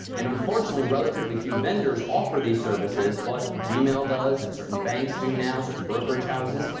and unfortunately relatively few vendors offer these services, but gmail does and certain banks do now, certain brokerage houses.